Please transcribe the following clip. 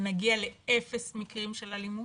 שנגיע לאפס מקרים של אלימות,